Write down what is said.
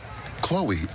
Chloe